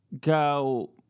go